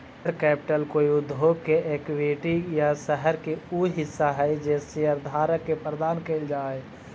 share capital कोई उद्योग के इक्विटी या शहर के उ हिस्सा हई जे शेयरधारक के प्रदान कैल जा हई